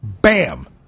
bam